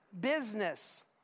business